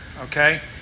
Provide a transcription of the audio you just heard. okay